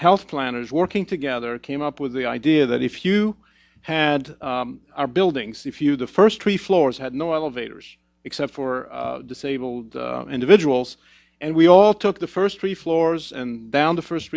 health plan is working together came up with the idea that if you had our buildings if you the first three floors had no elevators except for disabled individuals and we all took the first three floors and down the first